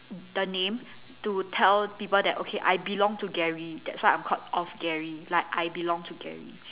the name to tell people that okay I belong to Gary that's why I'm called of Gary like I belong to Gary